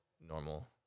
normal